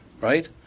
Right